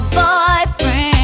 boyfriend